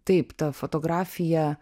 taip ta fotografija